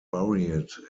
buried